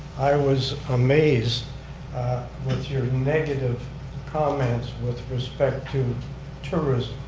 i was amazed with your negative comments with respect to tourism.